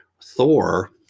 thor